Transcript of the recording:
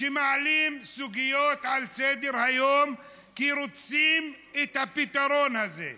שמעלים סוגיות על סדר-היום כי רוצים את הפתרון הזה,